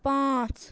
پانٛژھ